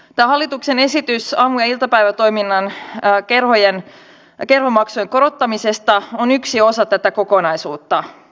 tämä hallituksen esitys aamu ja iltapäivätoiminnan kerhomaksujen korottamisesta on yksi osa tätä kokonaisuutta